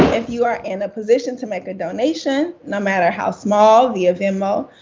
if you're in a position to make a donation, no matter how small, via venmo,